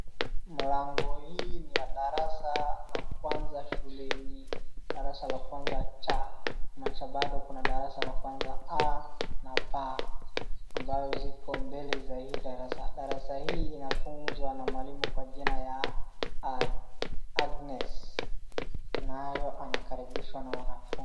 Mlango hii ni ya darasa la kwanza shuleni darasa la lwanza cha kumaanisha kwamba kuna darasa la kwanza A na b ambazo ziko mbele za hii darasa darasa hii linafunzwa na mwalimu Agnes nayo anakaribishwa na wanafunzi